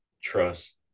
trust